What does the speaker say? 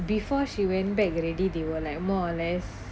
before she went back already they were like more or less